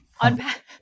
unpack